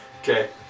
Okay